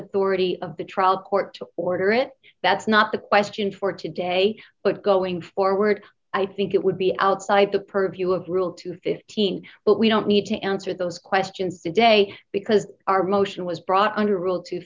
authority of the trial court to order it that's not the question for today but going forward i think it would be outside the purview of rule two hundred and fifteen but we don't need to answer those questions today because our motion was brought under rule two